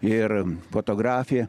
ir fotografė